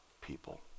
people